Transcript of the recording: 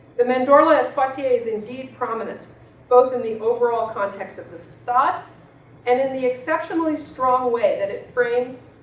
the mandorla at poitiers is indeed prominent both in the overall context of the facade and in the exceptionally strong way that it frames,